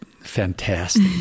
fantastic